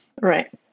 Right